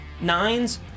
Nines